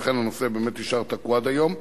ולכן הנושא באמת נשאר תקוע עד היום.